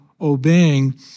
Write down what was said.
obeying